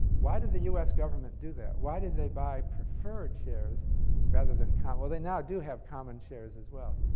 why did the u s. government do that? why did they buy preferred shares rather than common? well, they now do have common shares as well.